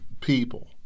people